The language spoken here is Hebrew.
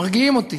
מרגיעים אותי.